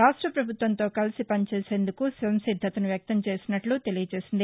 రాష్ట ప్రభుత్వంతో కలిసి పని చేసేందుకు వారు సంసిద్దతను వ్యక్తం చేసినట్లు తెలియచేసింది